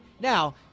Now